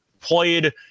played